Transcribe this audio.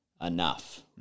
enough